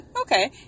okay